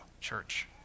church